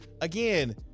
again